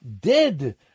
dead